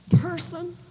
person